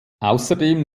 außerdem